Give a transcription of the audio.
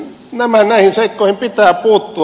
juuri näihin seikkoihin pitää puuttua